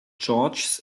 george’s